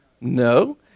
No